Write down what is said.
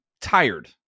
tired